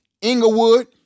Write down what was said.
Inglewood